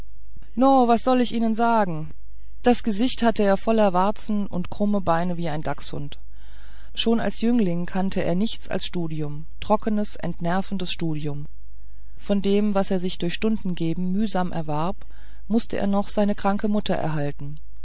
was soll ich ihnen sagen das gesicht hatte er voller warzen und krumme beine wie ein dachshund schon als jüngling kannte er nichts als studium trockenes entnervendes studium von dem was er sich durch stundengeben mühsam erwarb mußte er noch seine kranke mutter erhalten